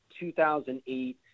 2008